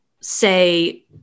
say